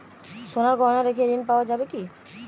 সোনার গহনা রেখে ঋণ পাওয়া যাবে কি?